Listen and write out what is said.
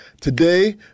Today